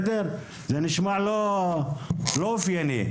זה נשמע לא אופייני.